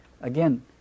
again